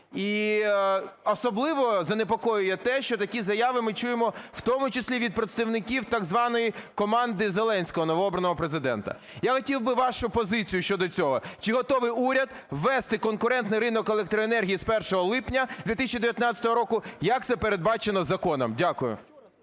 І особливо занепокоює те, що такі заяви ми чуємо в тому числі від представників так званої "команди Зеленського", новообраного Президента. Я хотів би вашу позицію щодо цього. Чи готовий уряд ввести конкурентний ринок електроенергії з 1 липня 2019 року, як це передбачено законом? Дякую.